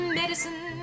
medicine